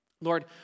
Lord